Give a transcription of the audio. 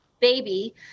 baby